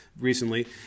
recently